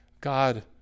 God